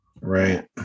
right